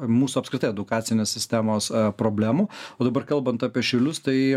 mūsų apskritai edukacinės sistemos problemų o dabar kalbant apie šiaulius tai